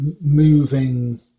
moving